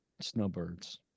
Snowbirds